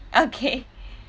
okay